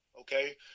okay